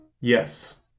Yes